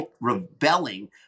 rebelling